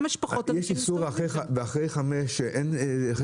יש איסור להסתובב במפעל אחרי שעה 17:00?